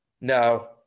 No